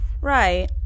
Right